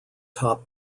top